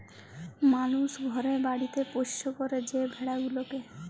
মালুস ঘরে বাড়িতে পৌষ্য ক্যরে যে ভেড়া গুলাকে